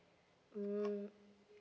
mm